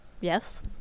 Yes